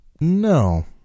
No